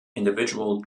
individual